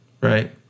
right